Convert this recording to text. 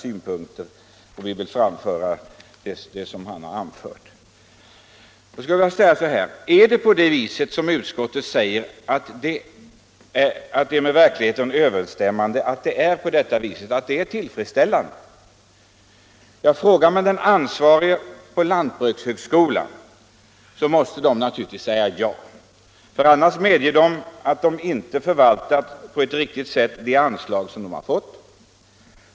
Är det med verkligheten överensstämmande, som utskottet säger, att det är tillfredsställande i fråga om försöksverksamheten? Frågar man de ansvariga på lantbrukshögskolan så måste de naturligtvis svara ja. Annars medger de att de inte på ett riktigt sätt har förvaltat de anslag som de har fått.